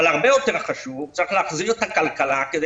אבל הרבה יותר חשוב: צריך להחזיר את הכלכלה כדי